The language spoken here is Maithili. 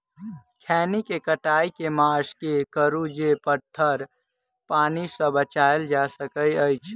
खैनी केँ कटाई केँ मास मे करू जे पथर पानि सँ बचाएल जा सकय अछि?